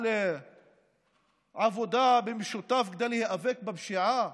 על עבודה במשותף כדי להיאבק בפשיעה?